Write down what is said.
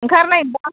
ओंखार नायनोब्ला